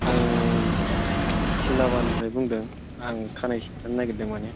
आं सिमला बागाननिफ्राय बुंदों आं खानाय सिनजानो नागिरदों मानि